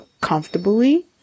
comfortably